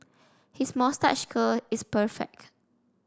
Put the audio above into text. his moustache curl is perfect